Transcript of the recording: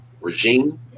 regime